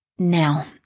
Now